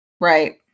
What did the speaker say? Right